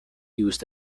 used